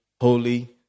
holy